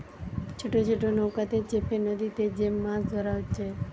ছোট ছোট নৌকাতে চেপে নদীতে যে মাছ ধোরা হচ্ছে